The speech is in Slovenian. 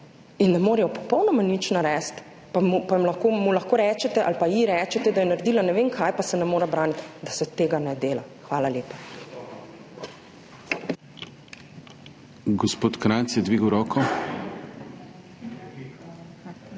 in ne morejo popolnoma nič narediti, pa mu lahko rečete ali pa ji rečete, da je naredila ne vem kaj pa se ne more braniti – da se tega ne dela. Hvala lepa.